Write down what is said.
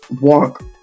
walk